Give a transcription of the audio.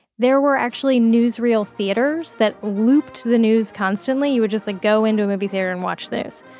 there were actually newsreel theaters that looped the news constantly. you would just like go into a movie theater and watch the news.